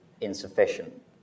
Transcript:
insufficient